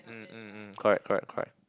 mm correct correct correct